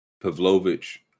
Pavlovich